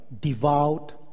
devout